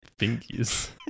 fingies